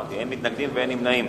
אמרתי: אין מתנגדים ואין נמנעים.